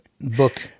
book